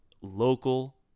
local